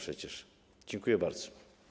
Dziękuję bardzo.